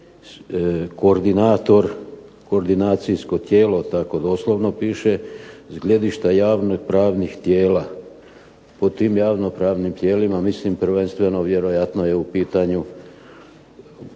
biti koordinacijsko tijelo, tako doslovno piše, s gledišta javnopravnih tijela. U tim javnopravnim tijelima, mislim prvenstveno vjerojatno je u pitanju